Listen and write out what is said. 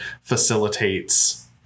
facilitates